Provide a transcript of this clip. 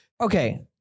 Okay